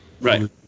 Right